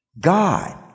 God